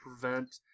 prevent